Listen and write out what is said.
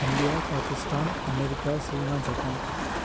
India Pakistan America China Japan